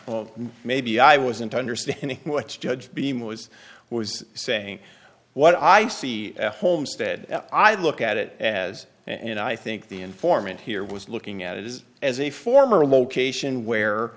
maybe i wasn't understanding what judge beam was was saying what i see at homestead i look at it as and i think the informant here was looking at it is as a former location where